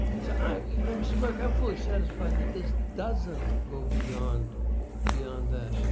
so i mr. burke, i'm fully satisfied that this doesn't go beyond beyond that.